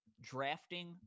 drafting